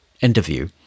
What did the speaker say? interview